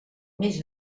més